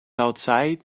outside